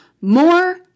more